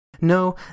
No